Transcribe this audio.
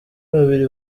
babiri